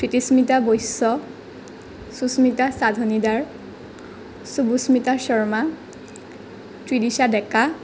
ত্ৰিতিস্মিতা বৈশ্য সুস্মিতা সাধুনীদাৰ সুবুস্মিতা শৰ্মা ত্ৰিদিশা ডেকা